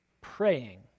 praying